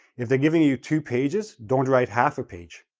if they're giving you two pages, don't write half a page.